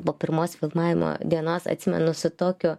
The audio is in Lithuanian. po pirmos filmavimo dienos atsimenu su tokiu